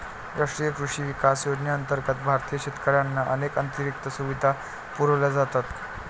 राष्ट्रीय कृषी विकास योजनेअंतर्गत भारतीय शेतकऱ्यांना अनेक अतिरिक्त सुविधा पुरवल्या जातात